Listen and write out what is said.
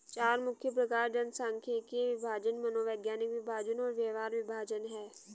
चार मुख्य प्रकार जनसांख्यिकीय विभाजन, मनोवैज्ञानिक विभाजन और व्यवहार विभाजन हैं